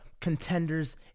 contenders